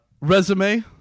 Resume